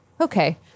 okay